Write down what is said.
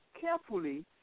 carefully